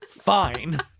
Fine